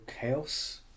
chaos